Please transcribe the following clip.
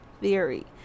theory